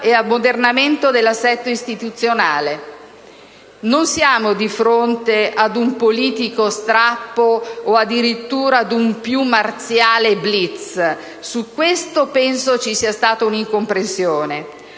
e ammodernamento dell'assetto istituzionale». Non siamo di fronte ad un politico strappo o, addirittura, ad un più marziale *blitz*. Su questo penso ci sia stata un'incomprensione.